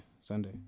Sunday